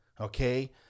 Okay